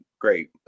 great